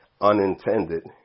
unintended